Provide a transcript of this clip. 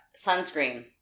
Sunscreen